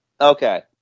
Okay